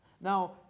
Now